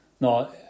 no